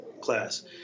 class